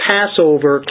Passover